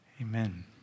Amen